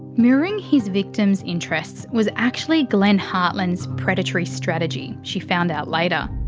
mirroring his victims' interests was actually glenn hartland's predatory strategy, she found out later.